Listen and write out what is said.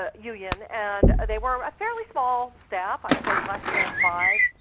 ah union. and they were a fairly small staff, i'd say less than five,